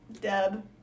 Deb